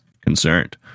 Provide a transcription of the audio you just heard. concerned